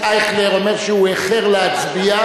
חבר הכנסת אייכלר אומר שהוא איחר להצביע,